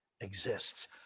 exists